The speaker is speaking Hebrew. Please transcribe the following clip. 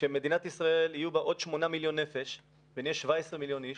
כשבמדינת ישראל יהיו עוד 8 מיליון נפש ונהיה 17 מיליון איש